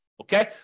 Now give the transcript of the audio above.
Okay